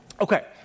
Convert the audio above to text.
Okay